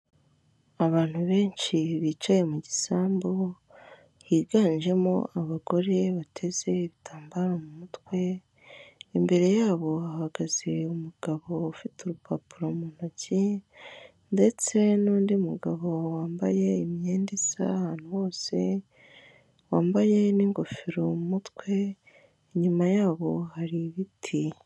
Abantu benshi bicaye mu gisambu, higanjemo abagore bateze ibitambaro mu mutwe, imbere yabo hahagaze umugabo ufite urupapuro mu ntoki ndetse n'undi mugabo wambaye imyenda isa ahantu hose, wambaye n'ingofero mu mutwe, inyuma yabo hari ibiti.